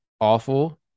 awful